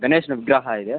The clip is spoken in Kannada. ಗಣೇಶನ ವಿಗ್ರಹ ಇದೆ